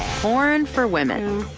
for and for women.